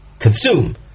consume